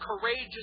courageous